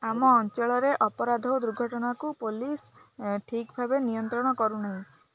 ଆମ ଅଞ୍ଚଳରେ ଅପରାଧ ଦୁର୍ଘଟଣାକୁ ପୋଲିସ୍ ଠିକ୍ ଭାବେ ନିୟନ୍ତ୍ରଣ କରୁନାହିଁ